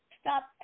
stop